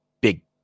big